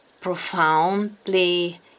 profoundly